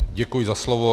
Děkuji za slovo.